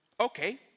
Okay